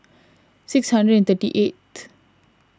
six hundred and thirty eight